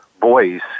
voice